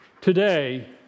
Today